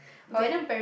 how leh